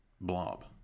blob